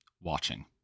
watching